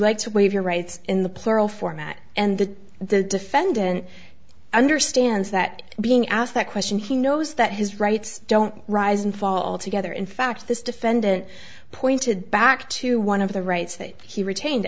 like to waive your rights in the plural format and that the defendant understands that being asked that question he knows that his rights don't rise and fall together in fact this defendant pointed back to one of the rights that he retained